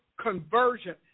conversion